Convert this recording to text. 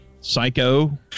psycho